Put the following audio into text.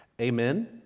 Amen